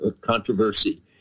controversy